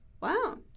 Wow